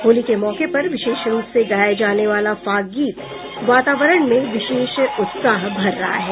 होली के मौके पर विशेष रूप से गाया जाने वाला फाग गीत वातावरण में विशेष उत्साह भर रहा है